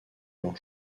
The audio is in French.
leurs